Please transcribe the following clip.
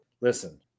listen